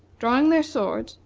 drawing their swords,